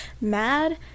mad